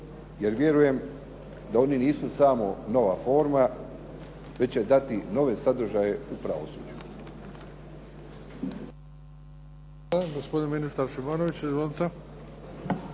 Jer vjerujem da oni nisu samo nova forma već će dati nove sadržaje u pravosuđu.